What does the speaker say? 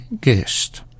Guest